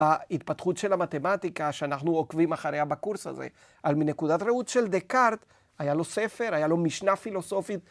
‫בהתפתחות של המתמטיקה ‫שאנחנו עוקבים אחריה בקורס הזה, ‫אז מנקודת ראות של דקארט, ‫היה לו ספר, היה לו משנה פילוסופית.